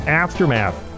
aftermath